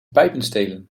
pijpenstelen